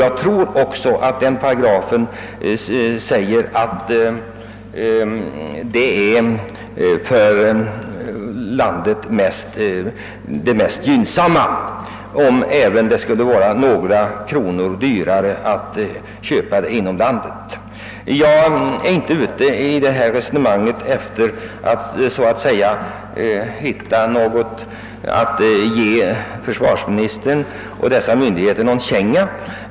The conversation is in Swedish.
Jag tror också att man kan tolka denna paragraf så att det kan vara gynnsammast att köpa inom landet, även om det skulle vara några kronor dyrare. Jag är i detta resonemang inte ute efter att hitta en chans att ge försvarsministern och vederbörande myndigheter en känga.